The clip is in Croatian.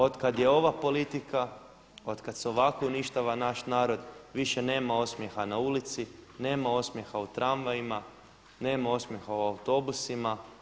Od kad je ova politika, od kad se ovako uništava naš narod više nema osmjeha na ulici, nema osmjeha u tramvajima, nema osmjeha u autobusima.